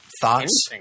thoughts